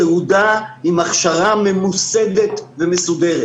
וגם לבקרה ולפיקוח יש גבולות, מה